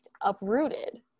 Uprooted